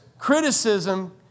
criticism